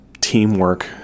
teamwork